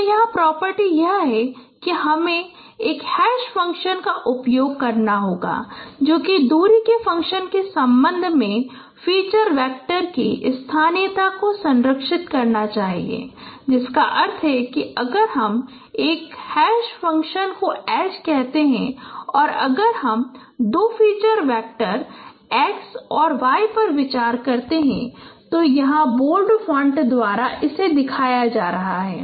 तो यहां प्रॉपर्टी यह है कि हमें एक हैश फ़ंक्शन का उपयोग करना होगा जो कि दूरी के फ़ंक्शन के संबंध में फ़ीचर वैक्टर की स्थानीयता को संरक्षित करना चाहिए जिसका अर्थ है कि अगर हम एक हैश फ़ंक्शन को h कहते हैं और अगर हम दो फ़ीचर वैक्टर x और y पर विचार करते हैं जो यहाँ बोल्ड फोंट द्वारा दिखाए जा रहे हैं